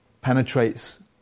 penetrates